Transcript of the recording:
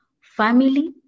family